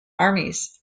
armies